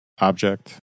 object